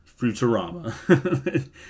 Futurama